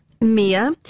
Mia